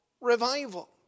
revival